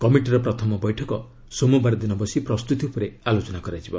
କମିଟିର ପ୍ରଥମ ବୈଠକ ସୋମବାର ଦିନ ବସି ପ୍ରସ୍ତୁତି ଉପରେ ଆଲୋଚନା କରାଯିବ